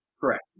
correct